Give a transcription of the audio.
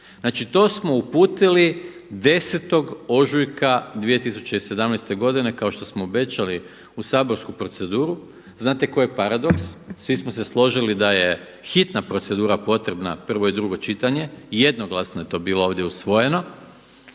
Znači to smo uputili 10 ožujka 2017. godine kao što smo obećali u saborsku proceduru. Znate koji je paradoks? Svi smo se složili da je hitna procedura potrebna, prvo i drugo čitanje, jednoglasno je to bilo ovdje usvojeno